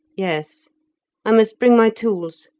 yes i must bring my tools.